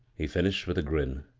he finished with a grin.